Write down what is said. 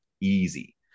easy